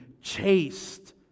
chased